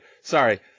Sorry